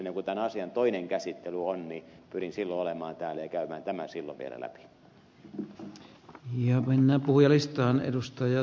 kun tämän asian toinen käsittely on niin pyrin silloin olemaan täällä ja käymään tämän silloin vielä läpi